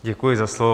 Děkuji za slovo.